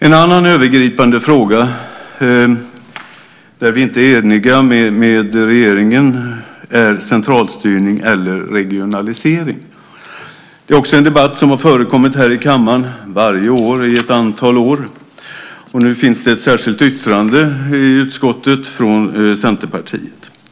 En annan övergripande fråga där vi inte är eniga med regeringen är centralstyrning eller regionalisering. Det är också en debatt som har förekommit här i kammaren varje år under ett antal år. Nu finns det ett särskilt yttrande i utskottet från Centerpartiet.